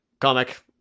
comic